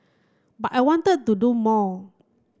but I wanted to do more